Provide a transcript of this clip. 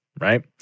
right